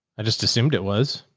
i just assumed it was.